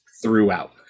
throughout